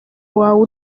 wawe